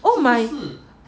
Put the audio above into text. oh my